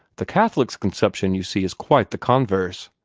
the catholics' conception, you see, is quite the converse.